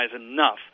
enough